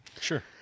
Sure